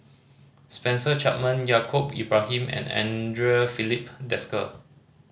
Spencer Chapman Yaacob Ibrahim and Andre Filipe Desker